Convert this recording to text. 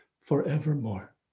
forevermore